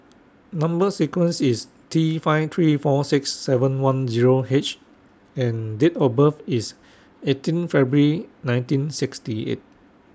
Number sequence IS T five three four six seven one Zero H and Date of birth IS eighteen February nineteen sixty eight